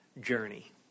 journey